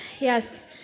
Yes